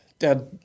Dad